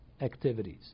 activities